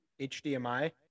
HDMI